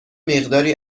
مقداری